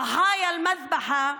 קורבנות הטבח,